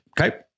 Okay